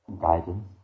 guidance